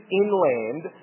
inland